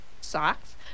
socks